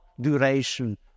duration